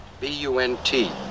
B-U-N-T